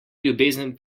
ljubezen